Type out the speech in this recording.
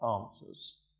answers